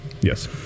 Yes